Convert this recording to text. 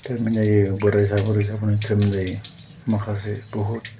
treatment जायो गथ'सा गथ'साफोरनि ट्रिटमेन्ट जायो माखासे बहुद